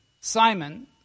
Simon